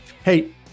Hey